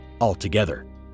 altogether